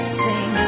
sing